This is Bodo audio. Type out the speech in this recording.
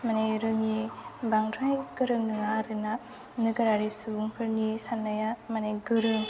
माने रोङि बांद्राय गोरों नङा आरोना नोगोरारि सुबुंफोरनि साननाया माने गोरों